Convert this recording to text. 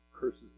curses